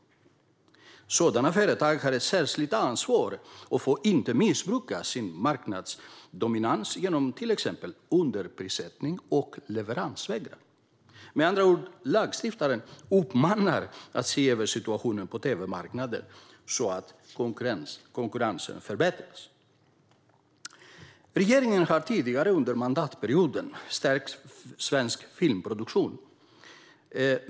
Sådana företag har ett särskilt ansvar och får inte missbruka sin marknadsmakt genom till exempel underprissättning och leveransvägran." Med andra ord uppmanar lagstiftaren till att se över situationen på tv-marknaden så att konkurrensen förbättras. Regeringen har tidigare under mandatperioden stärkt svensk filmproduktion.